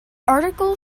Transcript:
article